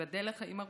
תיבדל לחיים ארוכים,